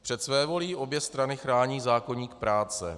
Před svévolí obě strany chrání zákoník práce.